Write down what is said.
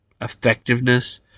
effectiveness